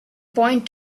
point